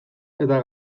eta